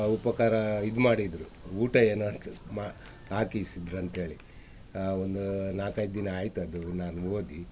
ಉಪಕಾರ ಇದು ಮಾಡಿದರು ಊಟ ಏನೋ ಹಾಕಿದ್ರು ಮಾ ಹಾಕಿಸಿದ್ರಂತೇಳಿ ಒಂದು ನಾಲ್ಕೈದು ದಿನ ಆಯ್ತು ಅದು ನಾನು ಓದಿ